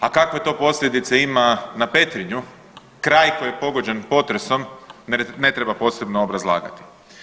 A kakve to posljedice ima na Petrinju, kraj koji je pogođen potresom ne treba posebno obrazlagati.